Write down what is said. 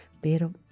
pero